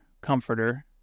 comforter